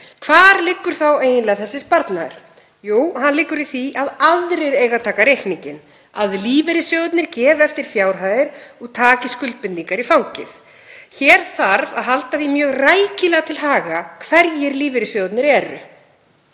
Hvar liggur þá eiginlega þessi sparnaður? Jú, hann liggur í því að aðrir eiga að taka reikninginn, að lífeyrissjóðirnir gefi eftir fjárhæðir og taki skuldbindingar í fangið. Hér þarf að halda því mjög rækilega til haga hverjir lífeyrissjóðirnir eru